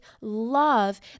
love